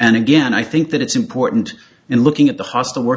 and again i think that it's important in looking at the hostile work